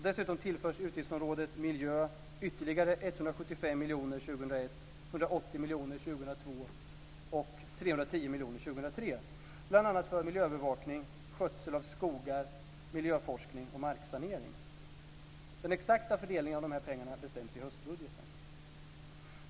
Dessutom tillförs utgiftsområdet Miljö ytterligare 175 miljoner 2001, 180 miljoner 2002 och 310 miljoner 2003, bl.a. för miljöövervakning, skötsel av skogar, miljöforskning och marksanering. Den exakta fördelningen av dessa pengar bestäms i höstbudgeten.